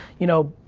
you know,